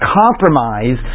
compromise